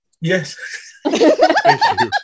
yes